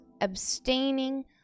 abstaining